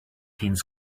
things